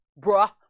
Bruh